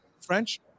French